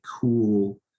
cool